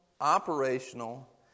operational